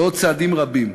ועוד צעדים רבים.